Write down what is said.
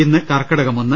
ഇന്ന് കർക്കിടകം ഒന്ന്